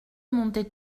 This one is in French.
montait